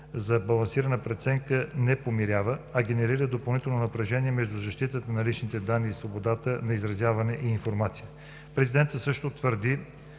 за балансирана преценка не помирява, а генерира допълнително напрежение между защитата на личните данни и свободата на изразяване и информация. Президентът също твърди,